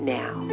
now